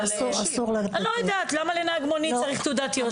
אני לא יודעת, למה לנהג מונית צריך תעודת יושר?